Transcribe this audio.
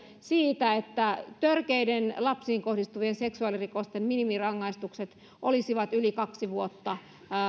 siitä että törkeiden lapsiin kohdistuvien seksuaalirikosten minimirangaistukset olisivat yli kaksi vuotta